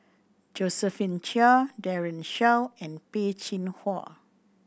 Josephine Chia Daren Shiau and Peh Chin Hua